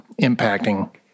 impacting